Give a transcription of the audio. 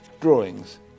drawings